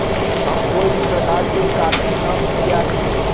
हम कोई भी प्रकार के कॉफी ना पीया ही